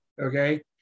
okay